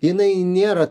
jinai nėra